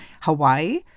Hawaii